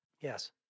Yes